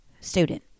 student